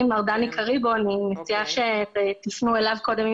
דני קריבו ואני מציעה שתפנו אליו קודם,